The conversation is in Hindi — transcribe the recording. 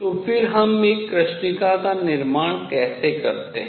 तो फिर हम एक कृष्णिका का निर्माण कैसे करतें हैं